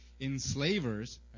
enslavers